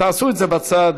תעשו את זה בצד,